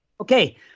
Okay